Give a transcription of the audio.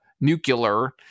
nuclear